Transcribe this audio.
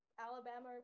Alabama